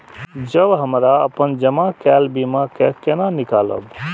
जब हमरा अपन जमा केल बीमा के केना निकालब?